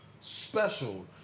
special